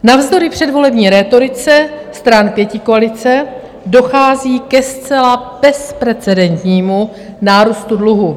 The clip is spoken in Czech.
Navzdory předvolební rétorice stran pětikoalice dochází ke zcela bezprecedentnímu nárůstu dluhu.